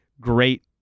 great